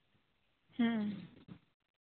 ᱦᱮᱸ